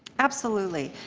absolutely,